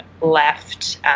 left